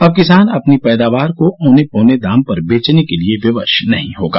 अब किसान अपनी पैदावार को ओने पौने दाम पर बेचने के लिए विवश नहीं होगा